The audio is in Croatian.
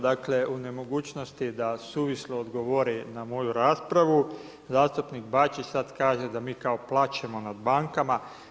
Dakle, u nemogućnosti da suvislo odgovori na moju raspravu, zastupnik Bačić sad kaže da mi kao plačemo nad bankama.